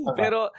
pero